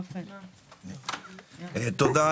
תודה.